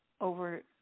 over